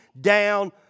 down